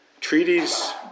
Treaties